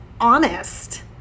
honest